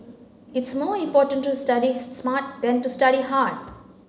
it's more important to study smart than to study hard